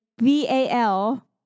V-A-L